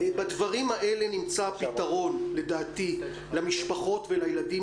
בדברים האלה נמצא הפתרון לדעתי למשפחות ולילדים